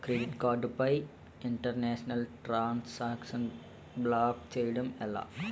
Credit card పై international transaction block చేయటం ఎలా?